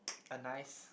a nice